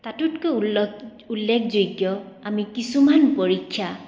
তাতোতকৈ উল্লেখ উল্লেখযোগ্য আমি কিছুমান পৰীক্ষা